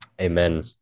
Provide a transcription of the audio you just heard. Amen